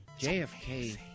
JFK